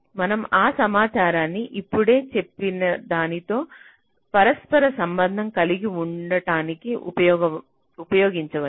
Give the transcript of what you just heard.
మనం ఆ సమాచారాన్ని ఇప్పుడే చెప్పినదానితో పరస్పర సంబంధం కలిగి ఉండటానికి ఉపయోగించవచ్చు